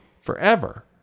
forever